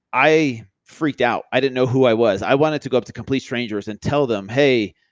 i freaked out. i didn't know who i was. i wanted to go up to complete strangers and tell them, hey,